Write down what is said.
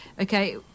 okay